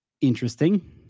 Interesting